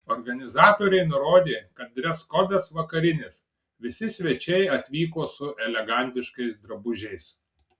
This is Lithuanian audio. organizatoriai nurodė kad dreskodas vakarinis visi svečiai atvyko su elegantiškais drabužiais